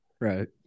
Right